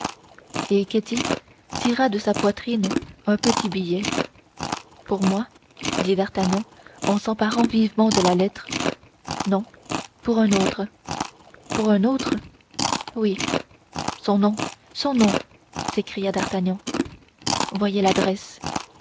et ketty tira de sa poitrine un petit billet pour moi dit d'artagnan en s'emparant vivement de la lettre non pour un autre pour un autre oui son nom son nom s'écria d'artagnan voyez l'adresse